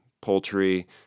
poultry